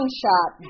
shot